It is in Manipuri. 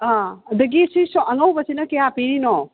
ꯑꯥ ꯑꯗꯒꯤ ꯁꯤꯁꯨ ꯑꯅꯧꯕꯁꯤꯅ ꯀꯌꯥ ꯄꯤꯔꯤꯅꯣ